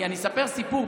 אני אספר סיפור.